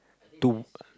to